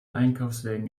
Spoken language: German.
einkaufswagen